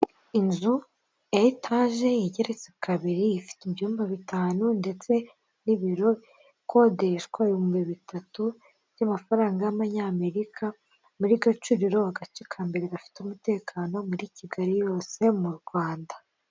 Inzu ya etaje igeretse kabiri ifite ibyumba bitanu ndetse n'ibiro ikodeshwa ibihumbi bitatu by'amafaranga y'amanyamerika, muri gacuriro agace kambere gafite umutekano muri kigali yose mu rwanda.